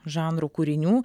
žanrų kūrinių